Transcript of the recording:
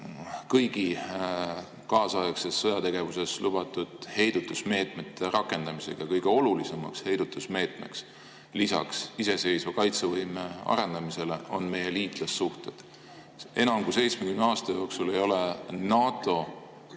kõigi kaasaegses sõjategevuses lubatud heidutusmeetmete rakendamisel. Kõige olulisem heidutusmeede lisaks iseseisva kaitsevõime arendamisele on meie liitlassuhted. Enam kui 70 aasta jooksul ei ole NATO